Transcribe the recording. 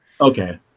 okay